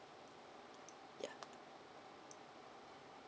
ya